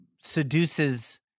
seduces